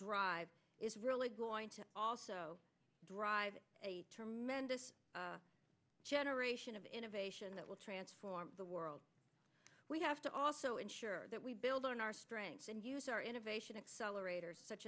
drive is really also drive a tremendous generation of innovation that will transform the world we have to also ensure that we build on our strengths and use our innovation accelerators such